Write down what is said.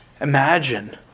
Imagine